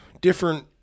different